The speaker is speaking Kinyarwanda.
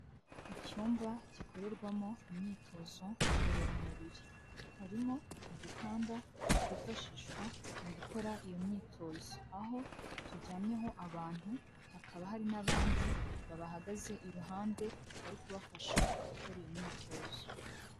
Icyumba gikorerwamo imyitozo ngororamubiri, harimo udutanda twifashishwa mu gukora iyo myitozo, aho turyamyeho abantu hakaba hari n'abandi babahagaze iruhande bari kubafasha gukora iyo myitozo.